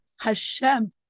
Hashem